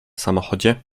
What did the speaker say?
samochodzie